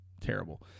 terrible